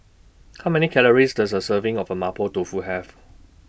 How Many Calories Does A Serving of Mapo Tofu Have